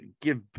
give